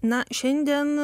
na šiandien